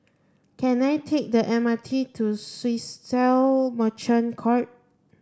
can I take the M R T to Swissotel Merchant Court